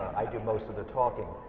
i do most of the talking